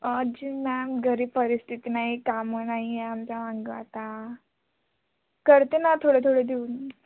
अजून मॅम गरीब परिस्थिती नाही कामं नाही आहे आमच्या मागं आता करते ना थोडे थोडे देऊन